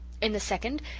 in the second,